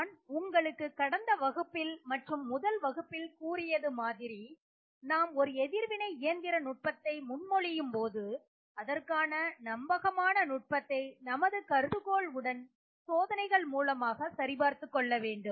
நான் உங்களுக்கு கடந்த வகுப்பில் மற்றும் முதல் வகுப்பில் கூறியது மாதிரி நாம் ஒரு எதிர்வினை இயந்திர நுட்பத்தை முன்மொழியும் போது அதற்கான நம்பகமான நுட்பத்தை நமது கருதுகோள் உடன் சோதனைகள் மூலமாக சரி பார்த்துக்கொள்ள வேண்டும்